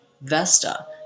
Vesta